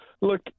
Look